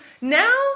now